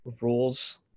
rules